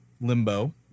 Limbo